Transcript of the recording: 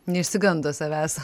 neišsigando savęs